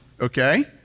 okay